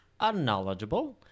unknowledgeable